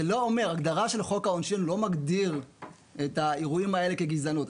ההגדרה של חוק העונשין לא מגדיר את האירועים האלה כגזענות,